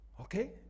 Okay